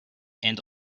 and